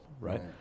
right